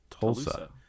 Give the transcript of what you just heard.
Tulsa